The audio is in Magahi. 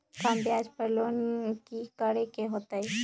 कम ब्याज पर लोन की करे के होतई?